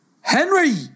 Henry